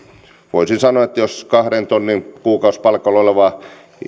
voisi sanoa että jos kahden tonnin kuukausipalkalla olevan